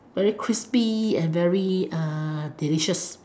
very crispy and very delicious